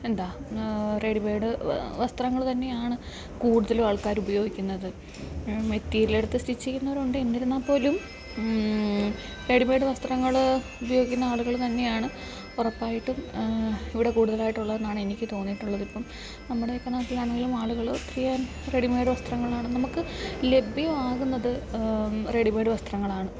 എന്താണ് റെഡിമേയ്ഡ് വസ്ത്രങ്ങൾ തന്നെയാണ് കൂടുതലും ആൾക്കാർ ഉപയോഗിക്കുന്നത് മെറ്റീരല് എടുത്തു സ്റ്റിച്ച് ചെയ്യുന്നവർ ഉണ്ട് എന്നിരുന്നാൽ പോലും റെഡിമേയ്ഡ് വസ്ത്രങ്ങൾ ഉപയോഗിക്കുന്ന ആളുകൾ തന്നെയാണ് ഉറപ്പായിട്ടും ഇവിടെ കൂടുതലായിട്ടുള്ളത് എന്നാണ് എനിക്ക് തോന്നിയിട്ടുള്ളത് ഇപ്പം നമ്മുടെയൊക്കെ നാട്ടിലാണെങ്കിലും ആളുകൾ ഒത്തിരിയേറെ റെഡിമേയ്ഡ് വസ്ത്രങ്ങളാണ് നമുക്ക് ലഭ്യം ആകുന്നത് റെഡിമേയ്ഡ് വസ്ത്രങ്ങളാണ്